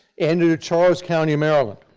and into charles county, maryland.